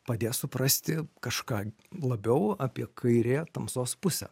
padės suprasti kažką labiau apie kairė tamsos pusė